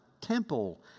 temple